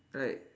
like